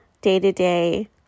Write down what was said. day-to-day